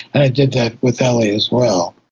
and i did that with ellie as well.